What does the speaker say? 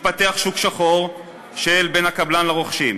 יתפתח שוק שחור בין הקבלן לרוכשים,